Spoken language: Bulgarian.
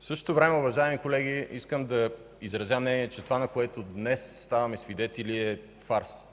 В същото време, уважаеми колеги, искам да изразя мнение, че това, на което днес ставаме свидетели, е фарс.